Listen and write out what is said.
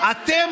זה נקי,